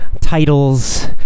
titles